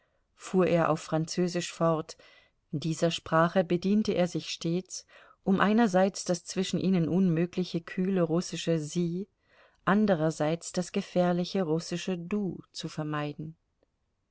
fuhr er auf französisch fort dieser sprache bediente er sich stets um einerseits das zwischen ihnen unmögliche kühle russische sie anderseits das gefährliche russische du zu vermeiden